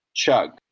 Chug